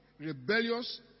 ...rebellious